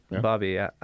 Bobby